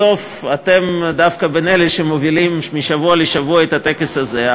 בסוף אתם דווקא בין אלה שמובילים משבוע לשבוע את הטקס הזה.